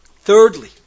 Thirdly